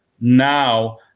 Now